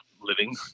living